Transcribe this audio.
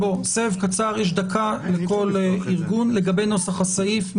יש דקה לכל ארגון לגבי נוסח הסעיף.